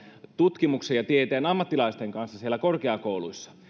tutkimuksen ja tieteen ammattilaisten kanssa siellä korkeakouluissa